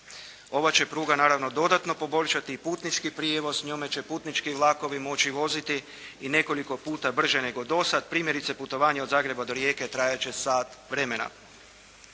Ova će pruga naravno dodatno poboljšati i putnički prijevoz. Njome će putnički vlakovi moći voziti i nekoliko puta brže dosad. Primjerice, putovanje od Zagreba do Rijeke trajat će sat vremena.